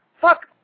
Fuck